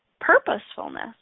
purposefulness